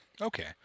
Okay